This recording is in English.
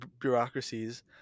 bureaucracies